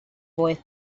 boy